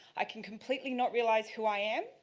i can completely not realise who i am,